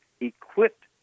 equipped